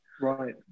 Right